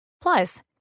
Plus